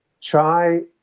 Try